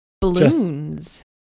Balloons